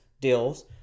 deals